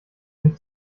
nicht